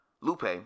Lupe